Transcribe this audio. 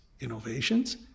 innovations